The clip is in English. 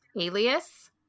Alias